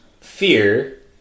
fear